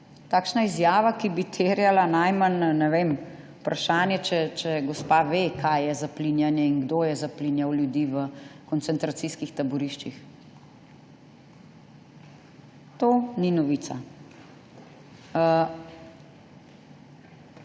Takšna izjava, ki bi terjala najmanj – ne vem. Vprašanje, če gospa ve, kaj je zaplinjanje in kdo je zaplinjal ljudi v koncentracijskih taboriščih. To ni novica.